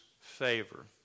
favor